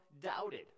doubted